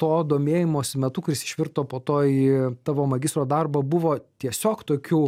to domėjimosi metu kuris išvirto po to į tavo magistro darbą buvo tiesiog tokių